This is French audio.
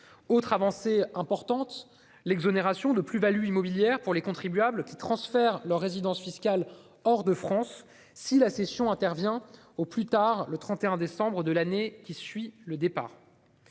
non-résidents ou l'exonération de plus-values immobilières pour les contribuables qui transfèrent leur résidence fiscale hors de France, si la cession intervient au plus tard le 31 décembre de l'année qui suit le départ.